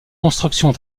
construction